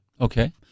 Okay